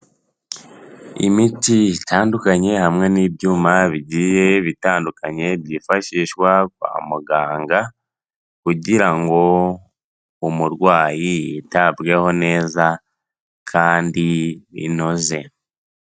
Imiti itandukanye hamwe n'ibyuma bigiye bitandukanye byifashishwa kwa muganga, kugira ngo umurwayi yitabweho neza kandi binoze.